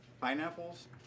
Pineapples